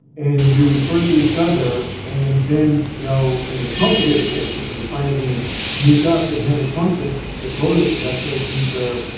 and we refer to each other. and then you know in the complicated cases, we finally meet up and have a conference devoted to that patient where